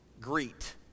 greet